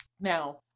now